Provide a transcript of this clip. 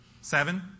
Seven